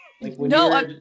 No